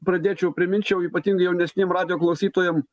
pradėčiau priminčiau ypatingai jaunesniem radijo klausytojam